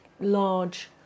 large